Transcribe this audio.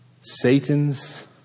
Satan's